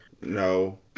no